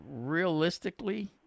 realistically